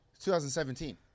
2017